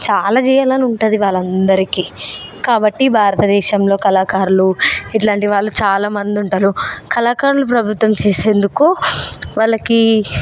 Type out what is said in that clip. చాలా చెయ్యాలని ఉంటుంది వాళ్ళందరికీ కాబట్టి భారతదేశంలో కళాకారులు ఇట్లాంటివాళ్ళు చాలా మంది ఉంటారు కళాకారుల ప్రభుత్వం చేసేందుకు వాళ్ళకి